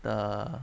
the